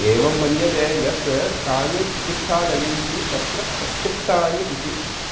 एवं मन्यते यत् तानि चिकित्सालयैः तत्र प्रक्षिप्तानि इति